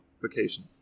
vacation